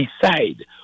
decide